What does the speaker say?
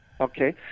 Okay